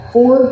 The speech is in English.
Four